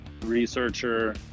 researcher